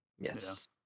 Yes